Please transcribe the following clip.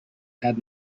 had